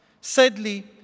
sadly